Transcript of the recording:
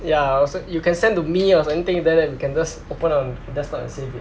ya so you can send to me or anything th~ then you can just open on desktop and save it